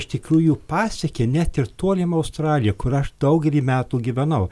iš tikrųjų pasiekė net ir tolimą australiją kur aš daugelį metų gyvenau